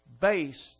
based